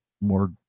more